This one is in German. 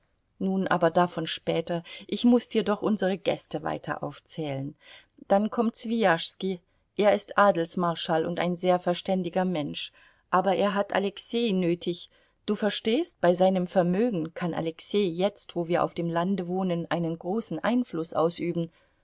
nun aber davon später ich muß dir doch unsere gäste weiter aufzählen dann kommt swijaschski er ist adelsmarschall und ein sehr verständiger mensch aber er hat alexei nötig du verstehst bei seinem vermögen kann alexei jetzt wo wir auf dem lande wohnen einen großen einfluß ausüben